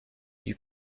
you